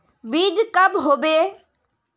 बीज कब होबे?